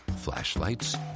flashlights